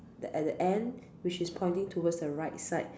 at the end which is pointing towards the right side